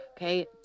okay